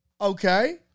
okay